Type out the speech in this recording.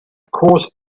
course